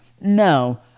No